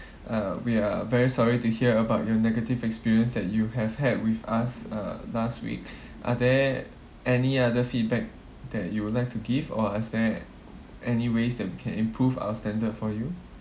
uh we are very sorry to hear about your negative experience that you have had with us uh last week are there any other feedback that you would like to give or is there any ways that we can improve our standard for you